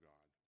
God